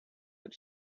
with